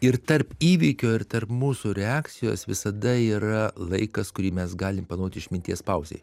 ir tarp įvykio ir tarp mūsų reakcijos visada yra laikas kurį mes galim panaudot išminties pauzei